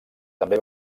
també